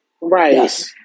right